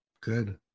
Good